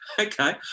Okay